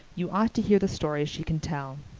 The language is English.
you ought to hear the stories she can tell.